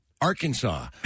Arkansas